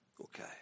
Okay